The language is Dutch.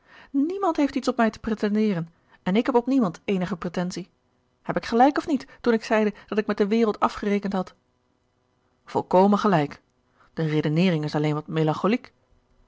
niemand heeft iets op mij te pretenderen en ik heb op niemand eenige pretensie heb ik gelijk of niet toen ik zeide dat ik met de wereld afgerekend had volkomen gelijk de redeneering is alleen wat